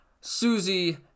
Susie